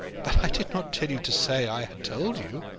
but i did not tell you to say i had told you,